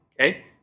Okay